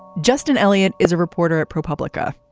justin elliott is a reporter at propublica.